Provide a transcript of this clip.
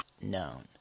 known